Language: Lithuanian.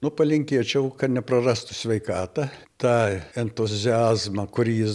nu palinkėčiau kad neprarastų sveikatą tą entuziazmą kurį jis